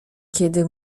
kiedy